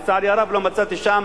לצערי הרב, לא מצאתי שם